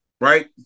right